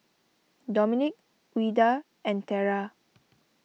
Dominic Ouida and Terra